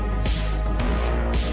explosion